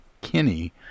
Kinney